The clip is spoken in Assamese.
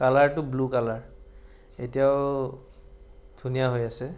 কালাৰটো ব্লু কালাৰ এতিয়াও ধুনীয়া হৈ আছে